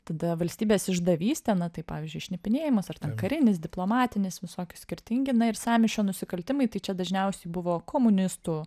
tada valstybės išdavystė na tai pavyzdžiui šnipinėjimas ar ten karinis diplomatinis visokius skirtingi na ir sąmyšio nusikaltimai tai čia dažniausiai buvo komunistų